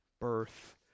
birth